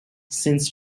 since